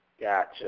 Gotcha